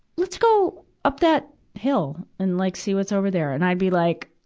let's go up that hill, and, like, see what's over there. and i'd be like,